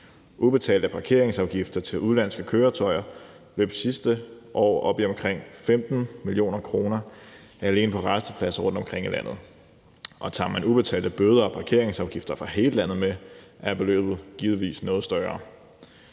Ubetalte parkeringsafgifter til udenlandske køretøjer løb sidste år op i omkring 15 mio. kr. alene fra rastepladser rundtomkring i landet. Og tager man ubetalte bøder og parkeringsafgifter fra hele landet med, er beløbet noget større.